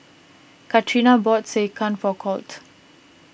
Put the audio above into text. Catrina bought Sekihan for Colt